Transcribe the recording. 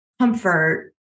comfort